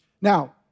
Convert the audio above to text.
Now